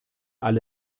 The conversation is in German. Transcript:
alle